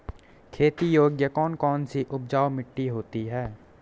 खेती योग्य कौन कौन सी उपजाऊ मिट्टी होती है?